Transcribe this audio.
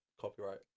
copyright